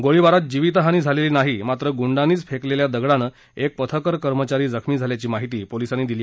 गोळीबारात जिवीतहानी झालेली नाही मात्र गुंडानीच फेकलेल्या दगडानं एक पथकर कर्मचारी जखमी झाल्याची माहिती पोलिसांनी दिली